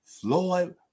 Floyd